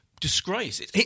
Disgrace